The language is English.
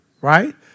right